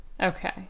Okay